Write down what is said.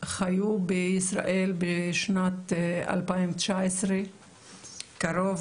חיו בישראל בשנת 2019 קרוב